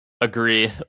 agree